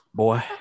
boy